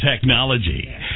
technology